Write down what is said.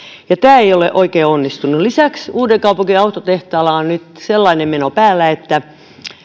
tämä ei ole oikein onnistunut lisäksi uudenkaupungin autotehtaalla on nyt sellainen meno päällä että